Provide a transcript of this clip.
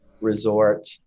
resort